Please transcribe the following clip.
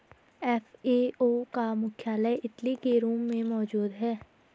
FAO का मुख्यालय Italy के रोम में मौजूद है